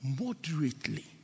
moderately